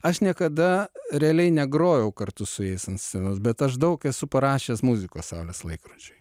aš niekada realiai negrojau kartu su jais ant scenos bet aš daug esu parašęs muzikos salės laikrodžiui